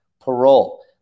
parole